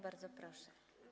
Bardzo proszę.